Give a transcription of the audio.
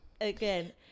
again